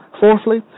Fourthly